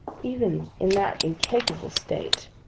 even in that incapable state,